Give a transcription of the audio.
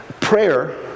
prayer